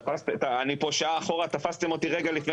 ואני פה שעה אחורה ותפסתם אותי רגע לפני